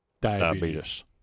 Diabetes